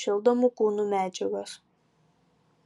šildomų kūnų medžiagos